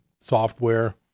software